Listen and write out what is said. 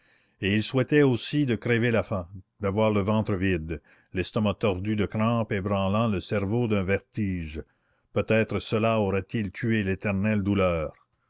et il souhaitait aussi de crever la faim d'avoir le ventre vide l'estomac tordu de crampes ébranlant le cerveau d'un vertige peut-être cela aurait-il tué l'éternelle douleur